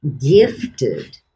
gifted